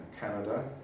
Canada